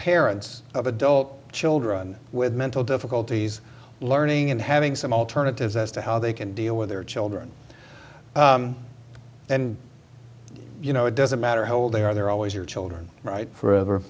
parents of adult children with mental difficulties learning and having some alternatives as to how they can deal with their children and you know it doesn't matter how old they are they're always your children right